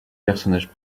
personnages